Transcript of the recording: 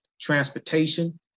Transportation